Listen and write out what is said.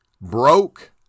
Broke